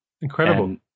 Incredible